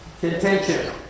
contention